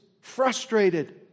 frustrated